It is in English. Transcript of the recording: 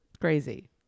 crazy